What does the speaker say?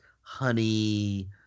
honey